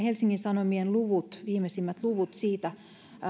helsingin sanomien viimeisimpiä lukuja siitä